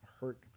hurt